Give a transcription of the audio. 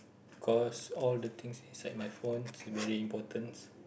cause all the things inside my phone is very important